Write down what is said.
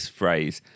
phrase